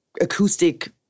acoustic